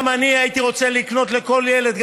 גם אני הייתי רוצה לקנות לכל ילד דירה,